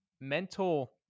mental